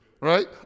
Right